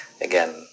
again